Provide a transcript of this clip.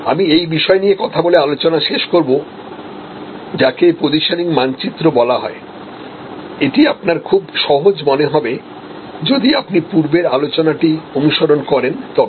আমি এই বিষয় নিয়ে কথা বলে আলোচনা শেষ করব যাকেপজিশনিং মানচিত্র বলা হয় এটি আপনার খুব সহজ মনে হবে যদি আপনি পূর্বের আলোচনাটি অনুসরণ করেন তবে